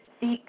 seek